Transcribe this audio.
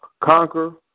Conquer